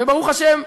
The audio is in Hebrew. וברוך השם,